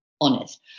honest